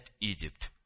Egypt